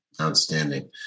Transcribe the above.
outstanding